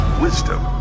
wisdom